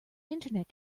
internet